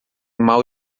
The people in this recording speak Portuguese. mal